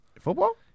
Football